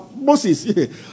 Moses